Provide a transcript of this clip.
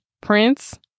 Prince